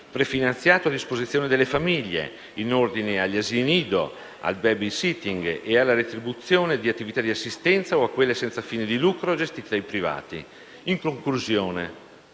prefinanziato a disposizione delle famiglie in ordine agli asili nido, al *baby sitting* e alla retribuzione di attività di assistenza o a quelle, senza fini di lucro, gestite dai privati. In conclusione,